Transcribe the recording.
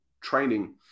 training